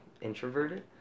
introverted